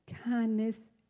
kindness